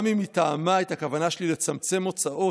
גם אם היא תאמה את הכוונה שלי לצמצם הוצאות,